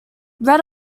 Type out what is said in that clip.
red